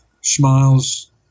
smiles